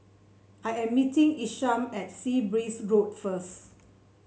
I am meeting Isham at Sea Breeze Road first